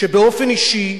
שבאופן אישי,